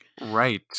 Right